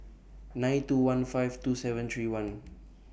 nine two one five two seven three one